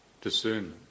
discernment